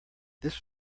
this